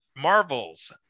marvel's